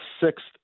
sixth